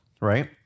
right